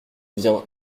viens